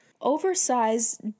oversized